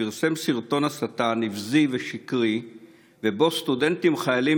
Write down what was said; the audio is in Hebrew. שפרסם סרטון הסתה נבזי ושקרי ובו סטודנטים חיילים